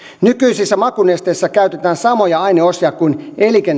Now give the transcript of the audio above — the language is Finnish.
nykyisissä makunesteissä käytetään samoja aineosia kuin